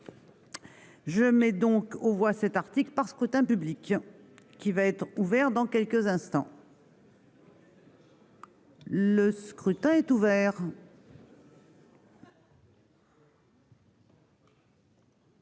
je mets donc aux voix cet article par scrutin public qui va être ouvert dans quelques instants. Le scrutin est ouvert.